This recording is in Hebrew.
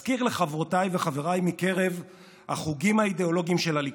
אזכיר לחברותיי וחבריי מקרב החוגים האידיאולוגיים של הליכוד,